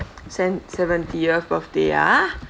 sev~ seventieth birthday ah